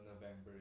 November